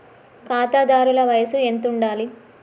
ఖాతాదారుల వయసు ఎంతుండాలి?